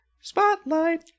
spotlight